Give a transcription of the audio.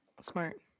Smart